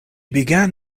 began